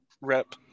rep